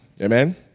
Amen